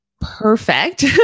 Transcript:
perfect